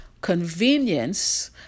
Convenience